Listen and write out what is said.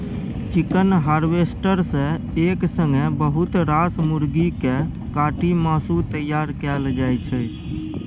chicken harvester सँ एक संगे बहुत रास मुरगी केँ काटि मासु तैयार कएल जाइ छै